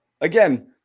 Again